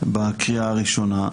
בקריאה הראשונה.